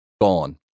gone